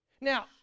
Now